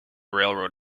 railroad